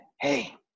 hey